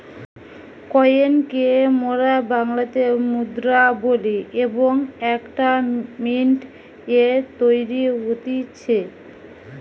coin কে মোরা বাংলাতে মুদ্রা বলি এবং এইটা মিন্ট এ তৈরী হতিছে